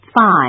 Five